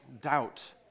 doubt